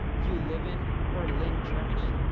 you live in berlin, germany.